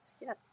Yes